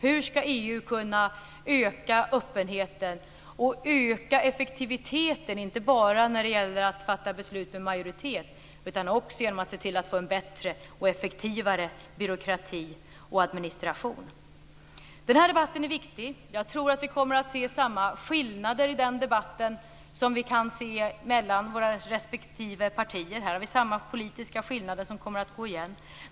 Hur ska EU kunna öka öppenheten och öka effektiviteten, inte bara när det gäller att fatta beslut med majoritet utan också genom att se till att få en bättre och effektivare byråkrati och administration? Den här debatten är viktig. Jag tror att vi kommer att se samma skillnader i den debatten som vi kan se mellan våra respektive partier. Här har vi samma politiska skillnader som kommer att gå igen.